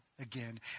again